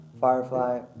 Firefly